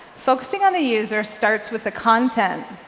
focusing on a user starts with the content.